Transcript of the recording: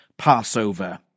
Passover